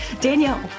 Danielle